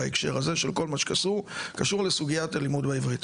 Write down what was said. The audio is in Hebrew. בהקשר הזה של כל מה שקשור לסוגיית לימוד העברית.